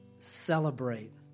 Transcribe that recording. celebrate